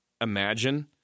imagine